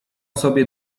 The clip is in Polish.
sobie